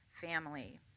family